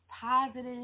positive